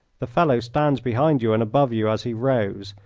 the fellow stands behind you and above you as he rows,